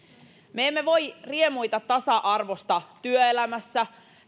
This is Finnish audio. me emme voi riemuita tasa arvosta työelämässä